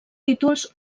títols